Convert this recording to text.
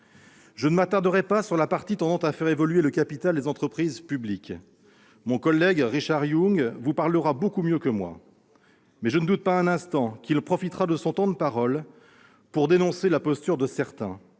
Je ne m'attarderai pas sur la partie tendant à faire évoluer le capital des entreprises publiques, mon collègue Richard Yung vous en parlera beaucoup mieux que moi. Je ne doute pas un instant, cependant, qu'il profitera de son temps de parole pour dénoncer la posture adoptée par certains